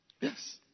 yes